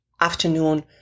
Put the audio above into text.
afternoon